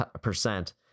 percent